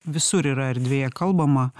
visur yra erdvėje kalbama